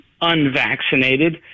unvaccinated